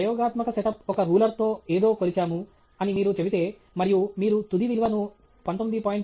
నా ప్రయోగాత్మక సెటప్ ఒక రూలర్ తో ఏదో కొలిచాము అని మీరు చెబితే మరియు మీరు తుది విలువను 19